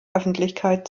öffentlichkeit